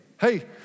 hey